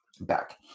back